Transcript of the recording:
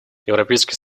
европейский